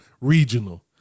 regional